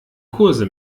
kurse